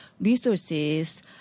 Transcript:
resources